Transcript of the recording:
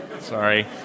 Sorry